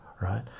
right